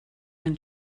been